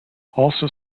also